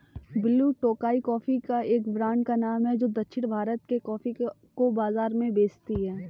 blue Tokai coffee के एक brand का नाम है जो दक्षिण भारत के कॉफी को बाजार में बेचती है